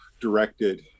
directed